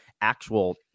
actual